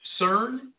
CERN